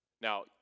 Now